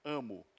amo